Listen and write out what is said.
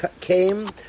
came